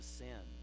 sin